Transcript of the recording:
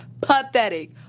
pathetic